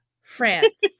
France